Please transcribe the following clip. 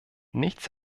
nichts